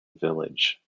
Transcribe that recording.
village